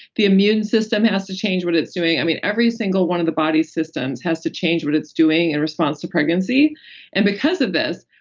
the immune system has to change what it's doing every single one of the body systems has to change what it's doing in response to pregnancy and because of this,